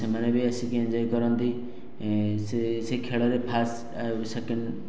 ସେମାନେ ବି ଆସିକି ଏଞ୍ଜୟ କରନ୍ତି ସେ ସେ ଖେଳରେ ଫାଷ୍ଟ ଆଉ ସେକେଣ୍ଡ